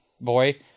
boy